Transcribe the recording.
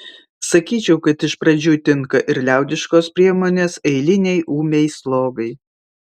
sakyčiau kad iš pradžių tinka ir liaudiškos priemonės eilinei ūmiai slogai